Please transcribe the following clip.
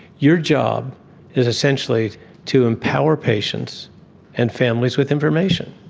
your job is essentially to empower patients and families with information.